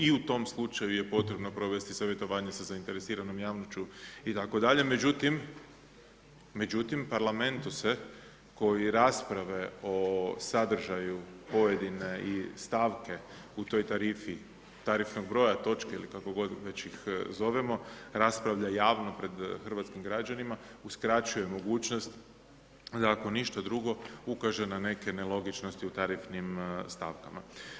I u tom slučaju je potrebno provesti savjetovanje sa zainteresiranom javnošću itd. međutim, parlamentu se koji rasprave o sadržaju pojedine i stavke u toj tarifi, tarifnog broja točke ili kako god ih već zovemo raspravlja javno pred hrvatskim građanima, uskraćuje mogućnost, da ako ništa drugo ukaže na neke nelogičnosti u tarifnim stavkama.